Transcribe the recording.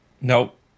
Nope